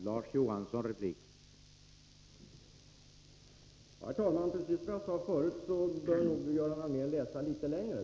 Herr talman! Som jag sade förut bör nog Göran Allmér läsa litet längre.